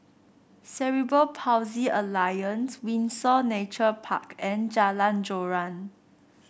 Cerebral Palsy Alliance Windsor Nature Park and Jalan Joran